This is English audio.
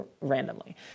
randomly